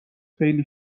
خیلی